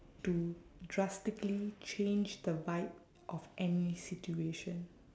to drastically change the vibe of any situation